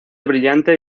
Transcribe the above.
brillante